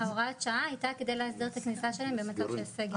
הוראת השעה היתה כדי להסדיר את הכניסה שלהם במצב של סגר.